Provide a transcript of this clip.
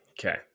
Okay